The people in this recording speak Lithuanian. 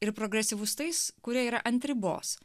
ir progresyvus tais kurie yra ant ribos